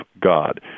god